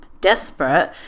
desperate